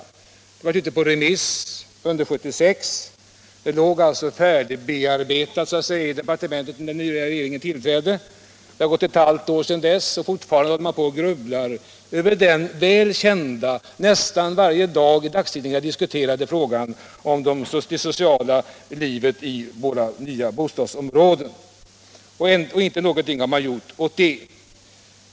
Frågorna var ute på remiss under 1976 och låg alltså färdigbearbetade i departementet när den nya regeringen tillträdde. Det har gått ett halvt år sedan dess, men fortfarande grubblar man i regeringen över den väl kända och nästan varje dag i dagstidningarna diskuterade frågan om det sociala livet i våra nya bostadsområden. Inte någonting har man gjort åt saken.